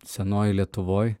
senoj lietuvoj